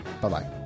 Bye-bye